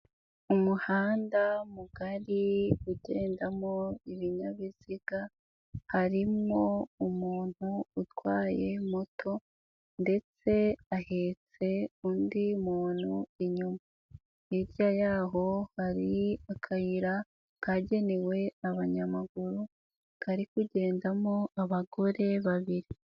Umuhanda mugari ugendamo ibinyabiziga, harimo umuntu utwaye moto ndetse ahetse undi muntu inyuma, hirya y'aho hari akayira kagenewe abanyamaguru kari kugendamo abagore babiri.